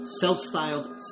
self-styled